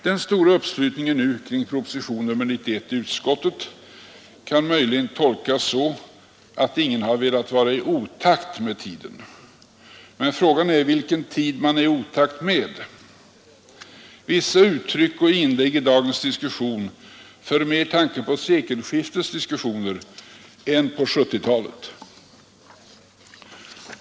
Den stora uppslutningen i utskottet nu kring propositionen 91 kan möjligen tolkas så att ingen har velat vara i otakt med tiden. Men frågan är vilken tid man är i otakt med. Vissa uttryck och inlägg i dagens diskussion för mera tanken till sekelskiftets diskussioner än till 1970 talets.